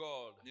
God